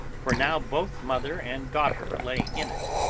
for now both mother and daughter lay in it.